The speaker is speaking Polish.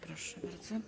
Proszę bardzo.